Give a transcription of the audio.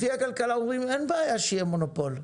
לפי הכלכלה אומרים, אין בעיה שיהיה מונופול,